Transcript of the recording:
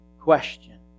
question